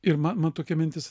ir man man tokia mintis